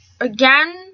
again